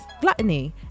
gluttony